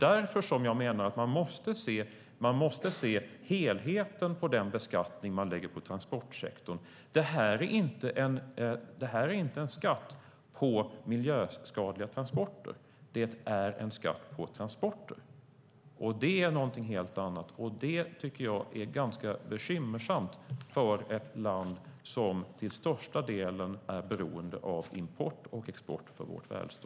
Därför menar jag att man måste se helheten när det gäller beskattningen av transportsektorn. Här är det inte fråga om en skatt på miljöskadliga transporter, utan det är fråga om en skatt på transporter. Det är någonting helt annat. Detta tycker jag är ganska bekymmersamt för ett land som för sitt välstånd och sina jobb till största delen är beroende av import och export.